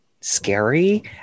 scary